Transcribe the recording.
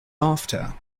after